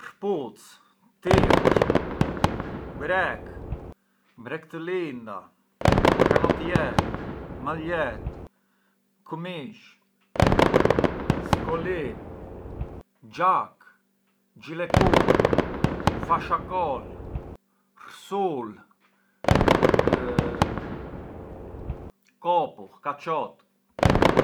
Këpucë, tirqë, brek, brek të linda, kanotjer, maljet, kumish, skolin, xhakë, xhilekun, fashakol, ksulë, kopull, kaçot.